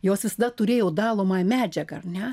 jos visada turėjau dalomąją medžiagą ar ne